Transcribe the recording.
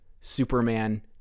Superman